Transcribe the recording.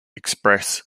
express